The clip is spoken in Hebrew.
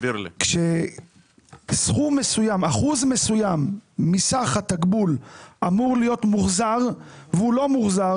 אחוז מסוים מסך התקבול אמור להיות מוחזר והוא לא מוחזר.